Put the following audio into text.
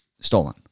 Stolen